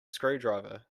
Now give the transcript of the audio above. screwdriver